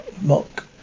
Mock